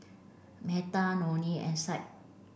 Metha Nonie and